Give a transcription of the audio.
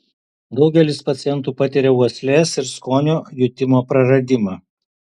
daugelis pacientų patiria uoslės ir skonio jutimo praradimą